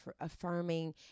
affirming